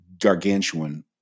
gargantuan